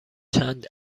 چند